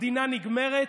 המדינה נגמרת,